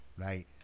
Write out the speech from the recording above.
right